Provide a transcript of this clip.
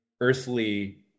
earthly